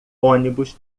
ônibus